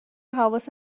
حواست